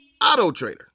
AutoTrader